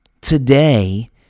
Today